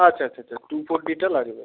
আচ্ছা আচ্ছা আচ্ছা টু ফোর ডিটা লাগবে